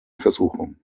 versuchung